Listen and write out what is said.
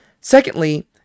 secondly